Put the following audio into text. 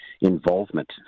involvement